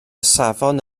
safon